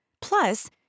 Plus